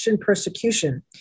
persecution